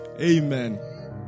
Amen